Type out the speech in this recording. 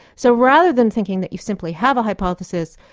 so rather than thinking that you simply have a hypothesis,